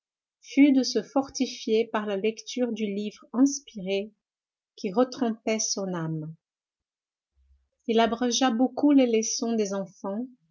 de se fortifier par la lecture du livre inspiré qui retrempait son âme il abrégea beaucoup les leçons des enfants